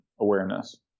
awareness